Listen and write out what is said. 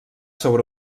sobre